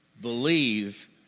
believe